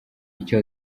icyo